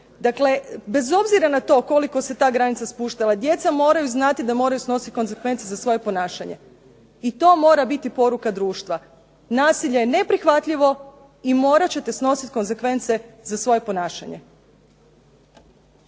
Dakle, bez obzira na to koliko se ta granica spuštala djeca moraju znati da moraju snositi konzekvence za soje ponašanje i to mora biti poruka društva. Nasilje je neprihvatljivo i morat ćete snosit konzekvence za svoje ponašanje.